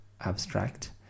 abstract